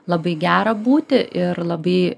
labai gera būti ir labai